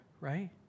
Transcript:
right